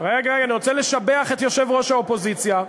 רגע, רגע, אני רוצה לשבח את יושב-ראש האופוזיציה.